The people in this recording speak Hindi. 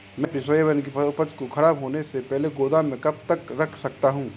मैं अपनी सोयाबीन की उपज को ख़राब होने से पहले गोदाम में कब तक रख सकता हूँ?